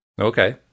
Okay